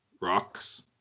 Rocks